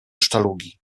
sztalugi